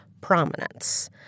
prominence